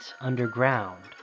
underground